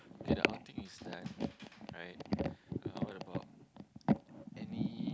okay the outing is done right uh what about any